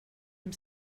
amb